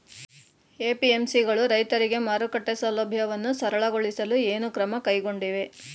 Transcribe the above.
APMC ಗಳು ರೈತರಿಗೆ ಮಾರುಕಟ್ಟೆ ಸೌಲಭ್ಯವನ್ನು ಸರಳಗೊಳಿಸಲು ಏನು ಕ್ರಮ ಕೈಗೊಂಡಿವೆ?